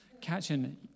Catching